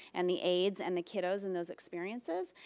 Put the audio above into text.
and the aids and the kiddos, and those experiences,